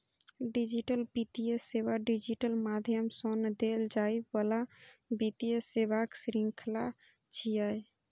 digital वित्तीय सेवा digital माध्यम सं देल जाइ बला वित्तीय सेवाक शृंखला छियै